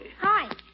Hi